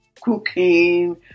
cooking